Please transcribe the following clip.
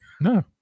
No